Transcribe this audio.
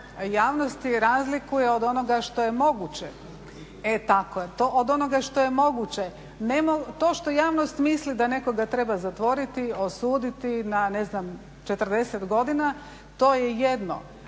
tako je, od onoga što je moguće. To što javnost misli da nekoga treba zatvoriti, osuditi na ne znam 40 godina to je jedno